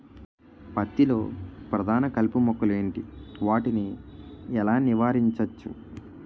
పత్తి లో ప్రధాన కలుపు మొక్కలు ఎంటి? వాటిని ఎలా నీవారించచ్చు?